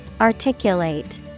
Articulate